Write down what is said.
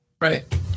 Right